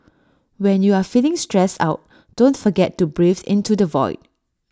when you are feeling stressed out don't forget to breathe into the void